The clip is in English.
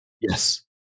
Yes